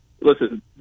listen